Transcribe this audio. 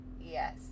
yes